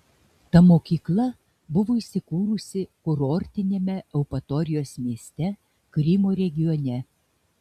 ta mokykla buvo įsikūrusi kurortiniame eupatorijos mieste krymo regione